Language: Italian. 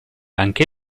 anche